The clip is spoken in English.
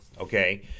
okay